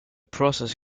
process